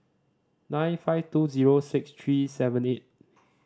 nine five two zero six three seven eight